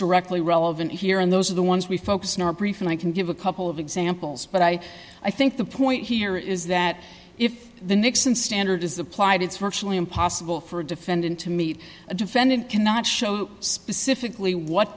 directly relevant here and those are the ones we focus in our brief and i can give a couple of examples but i i think the point here is that if the nixon standard is applied it's virtually impossible for a defendant to meet a defendant cannot show specifically what